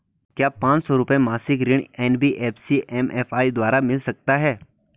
क्या पांच सौ रुपए मासिक ऋण एन.बी.एफ.सी एम.एफ.आई द्वारा मिल सकता है?